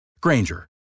Granger